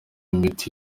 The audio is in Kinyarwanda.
imiti